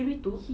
he retook